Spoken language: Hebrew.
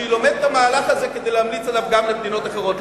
שהיא לומדת את המהלך הזה כדי להמליץ עליו גם במדינות אחרות.